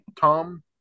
Tom